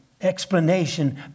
explanation